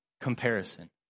comparison